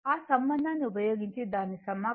ఆ సంబంధాన్ని ఉపయోగించి దాన్ని సమాకలనం చేస్తే ω 2π T